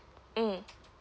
mm